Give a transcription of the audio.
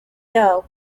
yabo